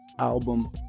album